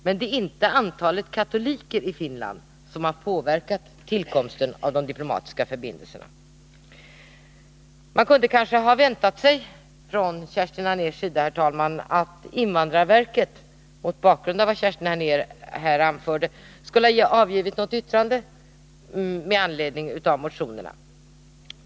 Men det är inte antalet katoliker i Finland som har påverkat tillkomsten av de diplomatiska förbindelserna. Man kunde kanske ha väntat sig att invandrarverket, mot bakgrund av vad Kerstin Anér här anförde, skulle ha avgivit något yttrande med anledning av motionerna.